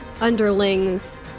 underlings